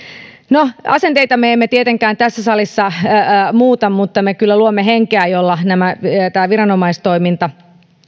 no asenteita me emme tietenkään tässä salissa muuta mutta me kyllä luomme henkeä jolla tämä viranomaistoiminta